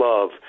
love